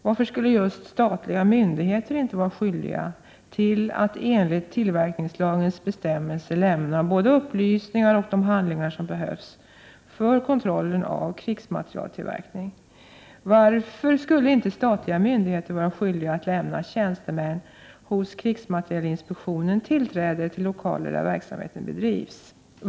Varför skulle just statliga myndigheter inte vara skyldiga att enligt tillverkningslagens bestämmelser lämna både upplysningar och de handlingar som behövs för kontrollen av krigsmaterieltillverkningen? Varför skulle inte statliga myndigheter vara skyldiga att lämna tjänstemän hos krigsmaterielinspektionen tillträde till lokaler där verksamhet bedrivs?